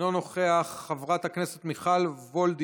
אינו נוכח, חברת הכנסת מיכל וולדיגר,